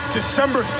december